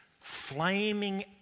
flaming